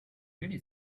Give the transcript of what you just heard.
really